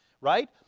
right